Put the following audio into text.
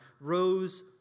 rose